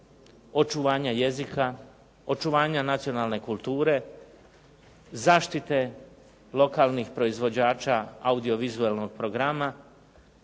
očuvanja jezika, očuvanja nacionalne kulture, zaštite lokalnih proizvođača audiovizualnog programa,